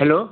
hello